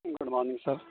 good morning sir